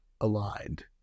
aligned